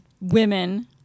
women